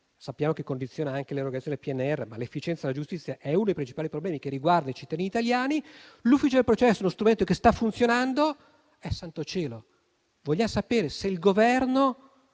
sappiamo che condiziona anche l'erogazione del PNRR, ma l'efficienza della giustizia è uno dei principali problemi che riguarda i cittadini italiani. L'ufficio del processo è uno strumento che sta funzionando, pertanto vogliamo sapere se il Governo